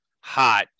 hot